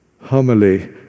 homily